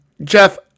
jeff